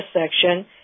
section